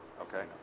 Okay